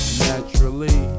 naturally